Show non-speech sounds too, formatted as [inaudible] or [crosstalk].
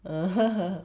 orh [laughs]